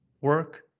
work